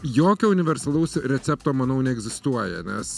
jokio universalaus recepto manau neegzistuoja nes